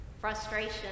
frustration